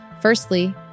Firstly